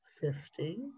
Fifty